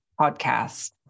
podcast